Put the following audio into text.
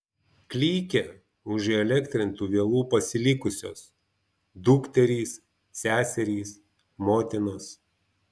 klykė už įelektrintų vielų pasilikusios dukterys seserys motinos